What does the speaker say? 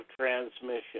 transmission